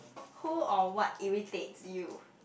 who or what irritates you